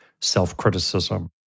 self-criticism